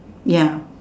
ya